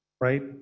right